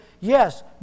Yes